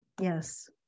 Yes